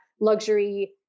luxury